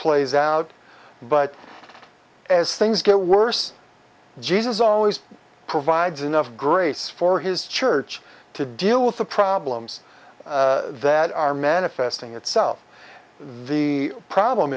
plays out but as things get worse jesus always provides enough grace for his church to deal with the problems that are manifesting itself the problem